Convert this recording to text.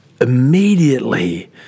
Immediately